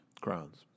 Crowns